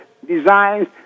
designs